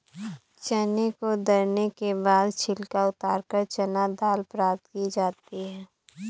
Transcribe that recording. चने को दरने के बाद छिलका उतारकर चना दाल प्राप्त की जाती है